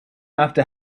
after